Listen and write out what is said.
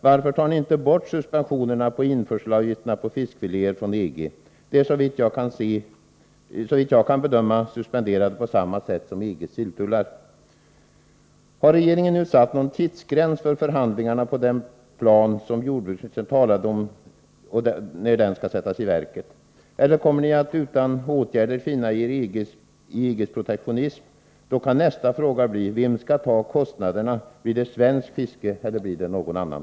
Varför tar ni inte bort suspensionerna på införselavgifterna på fiskfiléer från EG? De är, såvitt jag kan bedöma, suspenderade på samma sätt som EG:s silltullar. Har regeringen nu satt någon tidsgräns för förhandlingarna när den plan som jordbruksministern talade om sätts i verket, eller kommer ni att utan åtgärder finna er i EG:s protektionism? Då kan nästa fråga bli: Vem skall ta kostnaderna? Blir det svenskt fiske eller någon annan?